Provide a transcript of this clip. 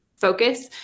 focus